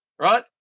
Right